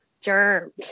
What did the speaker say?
germs